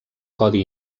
codi